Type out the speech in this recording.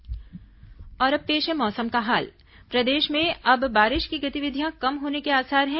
मौसम और अब पेश है मौसम का हाल प्रदेश में अब बारिश की गतिविधियां कम होने के आसार हैं